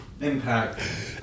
Impact